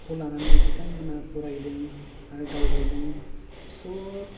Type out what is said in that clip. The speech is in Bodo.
खौ लानानै बिथांमोना फरायदों आर दावबायदों स'